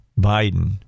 Biden